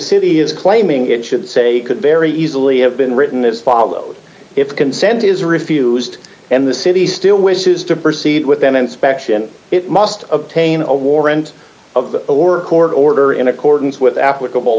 city is claiming it should say could very easily have been written is followed if the consent is refused and the city still wishes to proceed with an inspection it must obtain a warrant of a lower court order in accordance with applicable